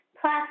plus